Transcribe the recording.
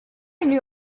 une